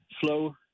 flow